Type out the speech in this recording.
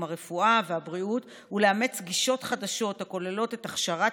הרפואה והבריאות ולאמץ גישות חדשות הכוללות את הכשרת